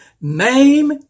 name